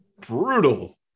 Brutal